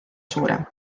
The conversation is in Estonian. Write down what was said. suurem